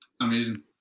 Amazing